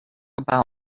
about